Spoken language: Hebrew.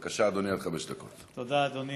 בבקשה, אדוני,